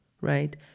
right